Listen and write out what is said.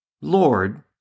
Lord